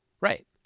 Right